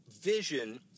vision